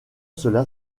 cela